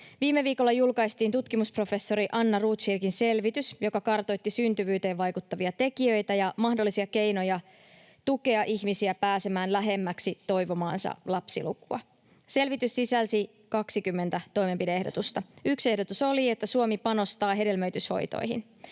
Viime viikolla julkaistiin tutkimusprofessori Anna Rotkirchin selvitys, joka kartoitti syntyvyyteen vaikuttavia tekijöitä ja mahdollisia keinoja tukea ihmisiä pääsemään lähemmäksi toivomaansa lapsilukua. Selvitys sisälsi 20 toimenpide-ehdotusta. Yksi ehdotus oli, että Suomi panostaa hedelmöityshoitoihin.